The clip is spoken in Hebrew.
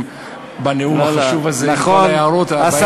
בנאום החשוב הזה עם כל ההערות באמצע.